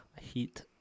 heat